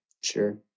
Sure